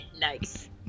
Nice